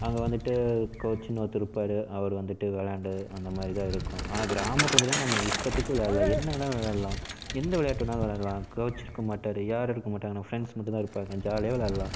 அங்கே வந்துட்டு கோச்சின்னு ஒருத்தர் இருப்பார் அவர் வந்துட்டு விளையாண்டு அந்தமாதிரி தான் இருக்கும் ஆனால் கிராமத்தில் பார்த்தீங்கன்னா நம்ம இஷ்டத்துக்கு விளையாடலாம் என்ன வேணாலும் விளையாடலாம் எந்த விளையாட்டு வேணாலும் விளையாடலாம் கோச் இருக்க மாட்டார் யாரும் இருக்க மாட்டாங்க நம்ம ஃப்ரெண்ட்ஸ் மட்டும் தான் இருப்பாங்க ஜாலியாக விளையாடலாம்